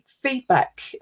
feedback